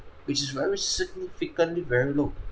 which is very significantly very low